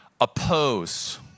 oppose